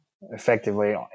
effectively